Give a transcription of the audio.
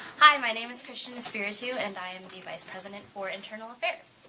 hi, my name is kristian espiritu and i am the vice president for internal affairs.